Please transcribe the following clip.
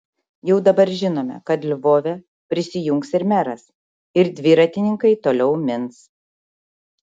jau dabar žinome kad lvove prisijungs ir meras ir dviratininkai toliau mins